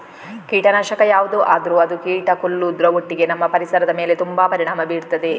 ಕೀಟನಾಶಕ ಯಾವ್ದು ಆದ್ರೂ ಅದು ಕೀಟ ಕೊಲ್ಲುದ್ರ ಒಟ್ಟಿಗೆ ನಮ್ಮ ಪರಿಸರದ ಮೇಲೆ ತುಂಬಾ ಪರಿಣಾಮ ಬೀರ್ತದೆ